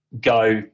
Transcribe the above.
go